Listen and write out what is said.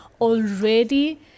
already